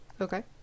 Okay